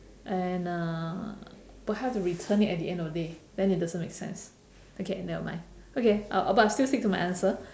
and uh but have to return it at the end of the day then it doesn't make sense okay never mind okay uh but I still stick to my answer